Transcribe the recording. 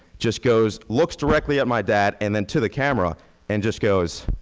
just goes, looks directly at my dad and then to the camera and just goes.